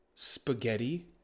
Spaghetti